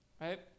right